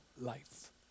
life